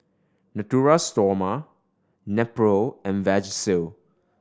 Natura Stoma Nepro and Vagisil